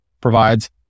provides